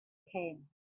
came